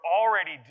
already